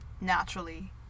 naturally